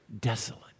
Desolate